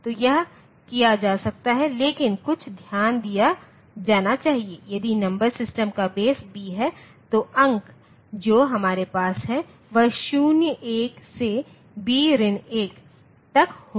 तो यह किया जा सकता है लेकिन कुछ ध्यान दिया जाना चाहिए यदि नंबर सिस्टम का बेस b है तो अंक जो हमारे पास है वह 0 1 से b 1 तक होने चाहिए